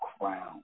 crown